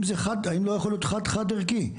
האם לא יכול להיות חד חד ערכי?